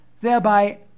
thereby